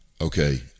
Okay